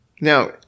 Now